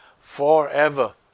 forever